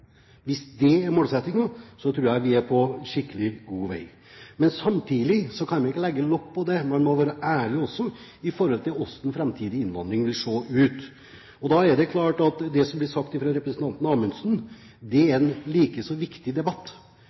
Hvis det er målsettingen, tror jeg vi er på skikkelig god vei. Men samtidig kan vi ikke legge lokk på det, man må være ærlig med tanke på hvordan framtidig innvandring vil se ut. Da er det klart at det som ble sagt av representanten Amundsen, er en likeså viktig debatt,